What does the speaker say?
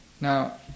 Now